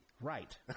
Right